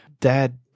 Dad